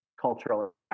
cultural